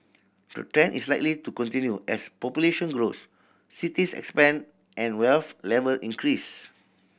the trend is likely to continue as population growth cities expand and wealth level increase